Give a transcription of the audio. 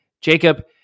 jacob